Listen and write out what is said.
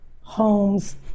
homes